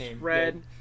red